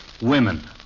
women